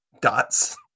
dots